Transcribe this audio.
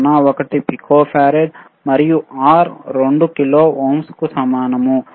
01 picofarad మరియు R 2 kilo ఓంకు సమానం